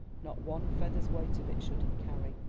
not one feather's weight of it should he carry,